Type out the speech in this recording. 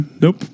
Nope